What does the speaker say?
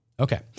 Okay